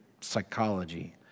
psychology